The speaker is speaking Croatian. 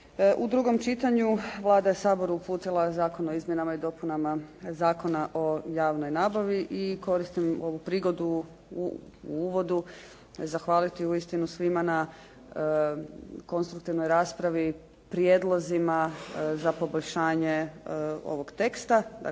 U drugom čitanju Vlada je Saboru uputila Zakon o izmjenama i dopunama Zakona o javnoj nabavi i koristim ovu prigodu u uvodu zahvaliti uistinu svima na konstruktivnoj raspravi, prijedlozima za poboljšanje ovog teksta,